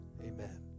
Amen